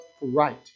right